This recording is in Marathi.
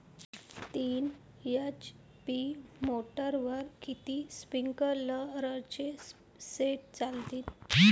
तीन एच.पी मोटरवर किती स्प्रिंकलरचे सेट चालतीन?